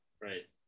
right